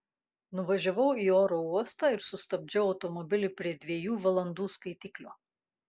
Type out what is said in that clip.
nuvažiavau į oro uostą ir sustabdžiau automobilį prie dviejų valandų skaitiklio